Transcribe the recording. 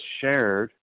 shared